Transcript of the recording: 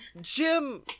Jim